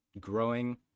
growing